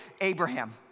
Abraham